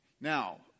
Now